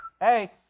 hey